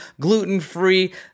gluten-free